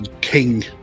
king